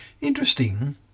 Interesting